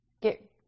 get